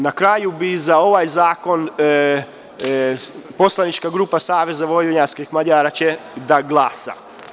Na kraju, za ovaj zakon poslanička grupa Saveza vojvođanskih Mađara će da glasa.